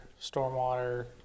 stormwater